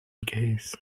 case